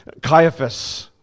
Caiaphas